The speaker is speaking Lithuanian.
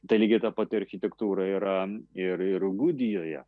tai lygiai ta pati architektūra yra ir ir gudijoje